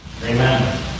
Amen